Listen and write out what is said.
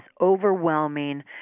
overwhelming